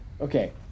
Okay